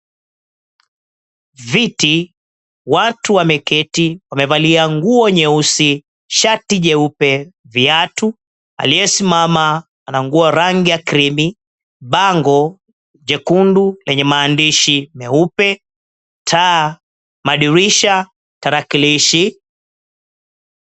Viti, watu wameketi wamevalia nguo nyeusi, shati jeupe, viatu. Aliyesimama ana nguo rangi ya krimi, bango jekundu lenye maandishi meupe, taa, madirisha, tarakilishi.